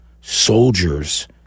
soldiers